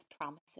promises